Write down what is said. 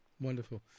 Wonderful